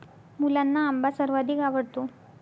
मुलांना आंबा सर्वाधिक आवडतो